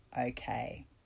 okay